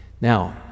Now